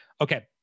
Okay